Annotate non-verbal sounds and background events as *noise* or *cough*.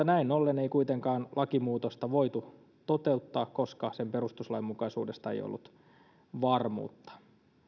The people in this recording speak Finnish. *unintelligible* näin ollen ei kuitenkaan lakimuutosta voitu toteuttaa koska sen perustuslainmukaisuudesta ei ollut varmuutta